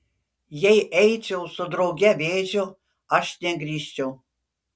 jei eičiau su drauge vėžiu aš negrįžčiau